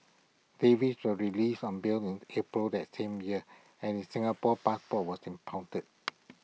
Davies was released on bail in April that same year and his Singapore passport was impounded